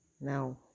Now